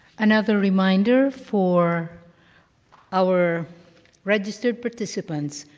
another reminder for our registered participants,